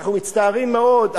אנחנו מצטערים מאוד,